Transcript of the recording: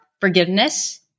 forgiveness